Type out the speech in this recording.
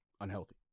unhealthy